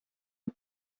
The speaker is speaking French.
une